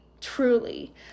truly